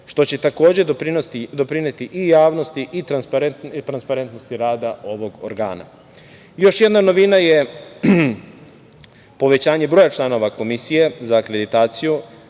što će takođe doprineti i javnosti i transparentnosti rada ovog organa. Još jedna novina je povećanje broja članova Komisije za akreditaciju,